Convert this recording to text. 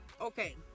Okay